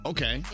Okay